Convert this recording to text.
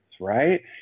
right